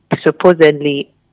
supposedly